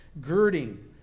girding